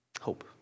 hope